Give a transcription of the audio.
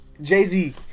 Jay-Z